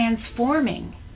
transforming